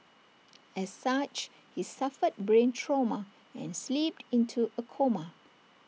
as such he suffered brain trauma and slipped into A coma